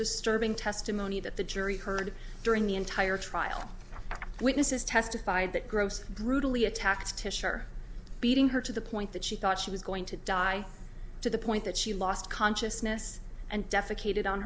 disturbing testimony that the jury heard during the entire trial witnesses testified that gross brutally attacked beating her to the point that she thought she was going to die to the point that she lost consciousness and